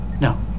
No